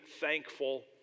thankful